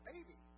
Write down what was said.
baby